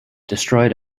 destroyed